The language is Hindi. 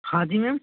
हाँ जी मैम